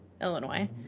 Illinois